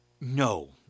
No